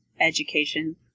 education